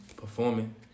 performing